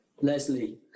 Leslie